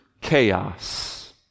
chaos